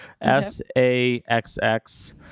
S-A-X-X